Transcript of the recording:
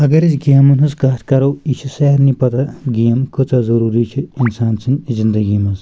اگر أسۍ گیمَن ہٕنٛز کَتھ کَرو یہِ چھِ سارنٕے پتہ گیم کۭژاہ ضروٗری چھِ اِنسان سٕنٛدۍ زِندگی منٛز